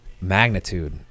magnitude